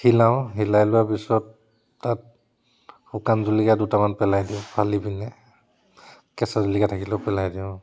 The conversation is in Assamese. হিলাও হিলাই লোৱাৰ পিছত তাত শুকান জলকীয়া দুটামান পেলাই দিওঁ ফালি পিনে কেঁচা জলকীয়া থাকিলেও পেলাই দিওঁ